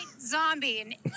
zombie